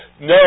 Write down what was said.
No